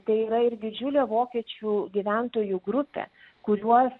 tai yra ir didžiulė vokiečių gyventojų grupė kuriuos